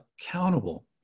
accountable